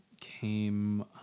came